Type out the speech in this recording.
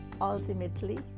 ultimately